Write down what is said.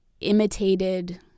imitated